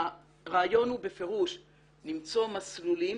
הרעיון הוא בפירוש למצוא מסלולים